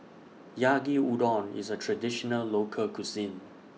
Yaki Udon IS A Traditional Local Cuisine